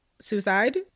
suicide